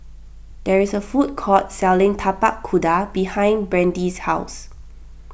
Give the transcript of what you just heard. there is a food court selling Tapak Kuda behind Brandi's house